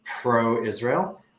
pro-Israel